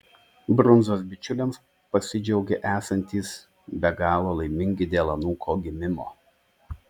brundzos bičiuliams pasidžiaugė esantys be galo laimingi dėl anūko gimimo